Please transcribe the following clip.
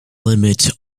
limit